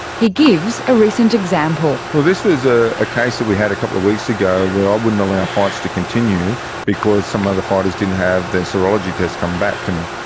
he gives a recent example. well, this was ah a case that we had a couple of weeks ago where i wouldn't allow fights to continue because some of the fighters didn't have their serology tests come back to me.